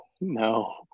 no